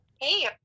Hey